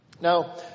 Now